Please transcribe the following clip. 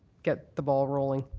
get the ball rolling.